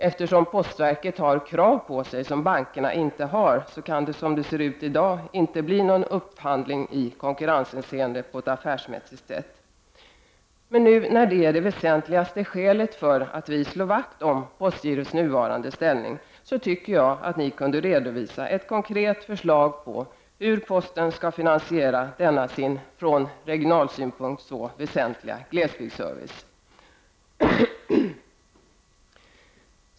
Eftersom postverket har sådana krav på sig som bankerna inte har, kan det som det ser ut i dag inte bli någon upphandling på ett i konkurrenshänseende affärsmässigt sätt. När nu detta är det väsentligaste skälet för att vi slår vakt om postgirots nuvarande ställning, tycker jag att ni kunde redovisa ett konkret förslag om hur posten skall finansiera denna sin från regionalpolitisk synpunkt så väsentliga glesbygdsservice.